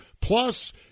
Plus